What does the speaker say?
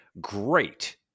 Great